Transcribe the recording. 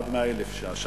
עד 100,000 ש"ח,